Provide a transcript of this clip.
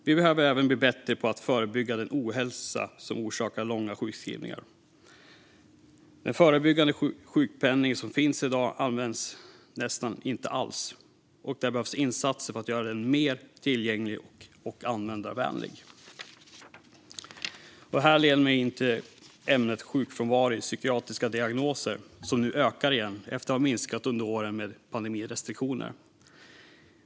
Vi behöver även bli bättre på att förebygga den ohälsa som orsakar långa sjukskrivningar. Den förebyggande sjukpenning som finns i dag används nästan inte alls. Det behövs insatser för att göra den mer tillgänglig och användarvänlig. Det leder mig in på ämnet sjukfrånvaro på grund av psykiatriska diagnoser, som nu ökar igen efter att ha minskat under åren med pandemirestriktioner.